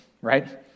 right